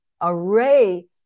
array